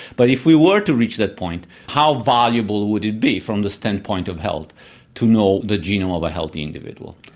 but if we were to reach that point, how valuable would it be from the standpoint of health to know the genome of a healthy individual?